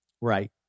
Right